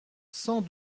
cent